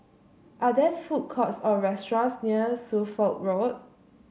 are there food courts or restaurants near Suffolk Road